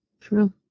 True